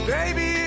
Baby